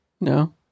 No